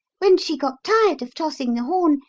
when she got tired of tossing the horn,